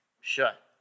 shut